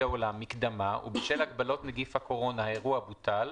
האולם מקדמה ובשל הגבלות נגיף הקורונה האירוע בוטל,